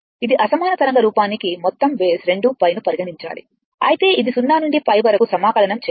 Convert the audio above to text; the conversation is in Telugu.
ఇది అసమాన తరంగ రూపానికి మొత్తం బేస్ 2π ను పరిగణించాలి అయితే ఇది 0 నుండి π వరకు సమాకలనం చేయాలి